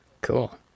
Cool